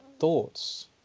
thoughts